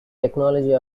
technology